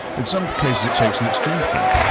in some cases, it takes an extreme form,